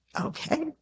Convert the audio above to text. Okay